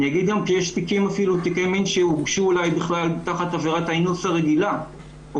אני אגיד גם שיש תיקי מין שהורשעו אולי תחת עבירת האינוס הרגילה או